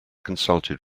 consulted